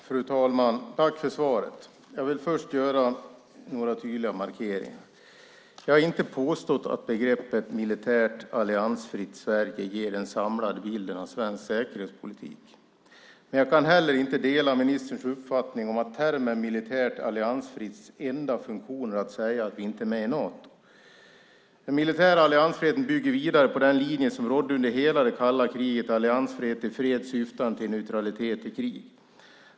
Fru talman! Jag tackar utrikesministern för svaret. Jag vill först göra några tydliga markeringar. Jag har inte påstått att begreppet militärt alliansfritt Sverige ger den samlade bilden av svensk säkerhetspolitik. Men jag kan heller inte dela ministerns uppfattning att begreppets enda funktion är att säga att vi inte är med i Nato. Den militära alliansfriheten bygger vidare på den linje som rådde under hela det kalla kriget - alliansfrihet i fred syftande till neutralitet i krig.